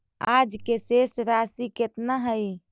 आज के शेष राशि केतना हई?